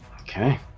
Okay